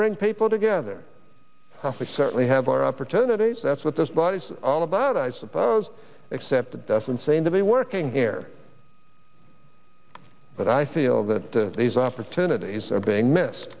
bring people together we certainly have our opportunities that's what this body's all about i suppose except it doesn't seem to be working here but i feel that these opportunities are being miss